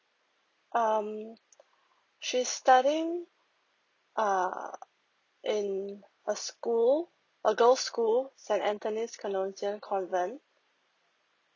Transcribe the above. um she's studying err in a school a girl school saint anthony's primary convent